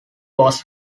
was